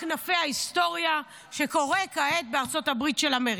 כנפי ההיסטוריה שקורה כעת בארצות הברית של אמריקה.